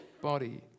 body